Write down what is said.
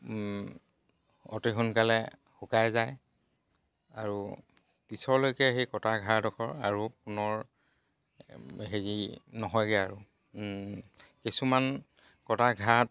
অতি সোনকালে শুকাই যায় আৰু পিছলৈকে সেই কটা ঘাডোখৰ আৰু পুনৰ হেৰি নহয়গে আৰু কিছুমান কটাঘাত